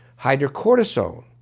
hydrocortisone